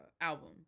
album